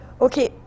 Okay